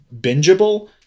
bingeable